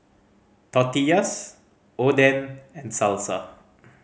Tortillas Oden and Salsa